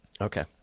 Okay